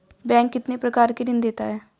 Bank कितने प्रकार के ऋण देता है?